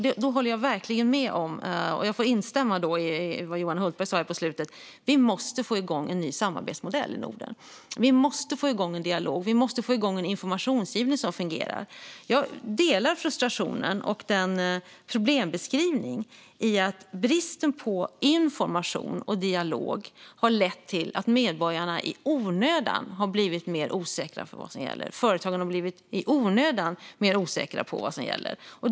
Jag håller verkligen med om och instämmer i det som Johan Hultberg sa på slutet: Vi måste få igång en ny samarbetsmodell i Norden. Vi måste få igång en dialog. Och vi måste få igång en informationsgivning som fungerar. Jag delar frustrationen över och instämmer i problembeskrivningen av att bristen på information och dialog har lett till att medborgarna och företagen i onödan har blivit mer osäkra på vad som gäller.